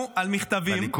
חתמו היום על מכתבים -- בליכוד?